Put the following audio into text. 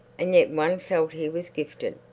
and yet one felt he was gifted,